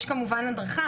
יש כמובן הדרכה.